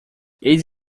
eles